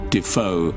Defoe